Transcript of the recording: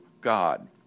God